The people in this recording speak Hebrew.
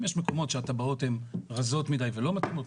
למה לא עשיתם את זה?